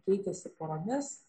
keitėsi poromis